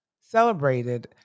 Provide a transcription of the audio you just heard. celebrated